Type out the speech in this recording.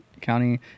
County